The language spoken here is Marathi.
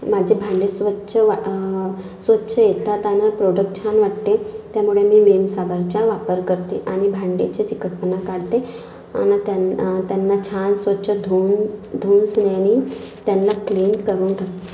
माझे भांडे स्वच्छ वाटं स्वच्छ येतात आणि प्रोडक्ट छान वाटते त्यामुळे मी विम साबणाचा वापर करते आणि भांडेचा चिकटपणा काढते आणि त्यां त्यांना छान स्वच्छ धुवून धुवूनसन्यांनी त्यांना क्लीन करून टाकते